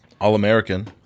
All-American